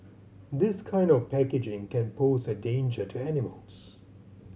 this kind of packaging can pose a danger to animals